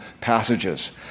passages